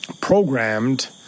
programmed